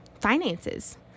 finances